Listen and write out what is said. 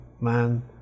man